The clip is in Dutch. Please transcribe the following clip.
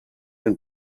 een